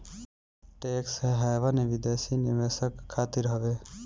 tax haven विदेशी निवेशक खातिर हवे